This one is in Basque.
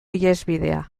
ihesbidea